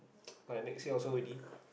my next year also already